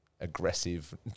aggressive